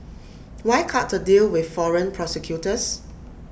why cut A deal with foreign prosecutors